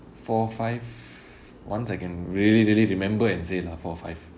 four five ones I can really really remember and say lah four five